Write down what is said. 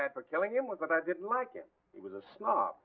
had for killing him was that i didn't like it it was a snob